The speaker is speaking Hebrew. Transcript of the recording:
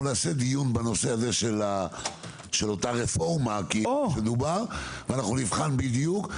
אנחנו נקיים דיון בנושא הזה של אותה רפורמה ואנחנו נבחן בדיוק.